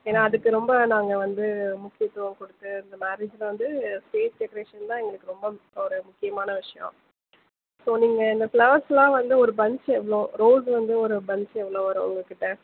ஏன்னா அதுக்கு ரொம்ப நாங்கள் வந்து முக்கியத்துவம் கொடுத்து இந்த மேரேஜில் வந்து ஸ்டேஜ் டெக்ரேஷன் தான் எங்களுக்கு ரொம்ப இம்பார்டண்ட் முக்கியமான விஷயம் இப்போது நீங்கள் இந்த ஃபிளவர்ஸ்லாம் வந்து ஒரு பன்ச் எவ்வளோ ரோஸு வந்து ஒரு பன்ச் எவ்வளோ வரும் உங்க கிட்டே